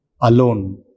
alone